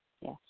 Yes